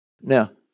Now